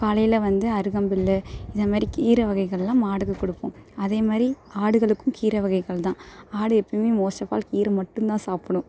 காலையில் வந்து அருகம்புல் இதமாதிரி கீரை வகைகள்லாம் மாடுக்கு கொடுப்போம் அதேமாதிரி ஆடுகளுக்கும் கீர வகைகள் தான் ஆடு எப்பயுமே மோஸ்ட்டஃபால் கீரை மட்டும் தான் சாப்பிடும்